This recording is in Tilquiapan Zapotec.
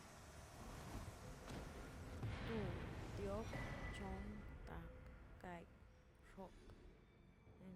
To, diop, chon, tap, gay, xop.